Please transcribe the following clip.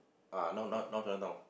ah not not not Chinatown